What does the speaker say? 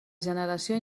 generació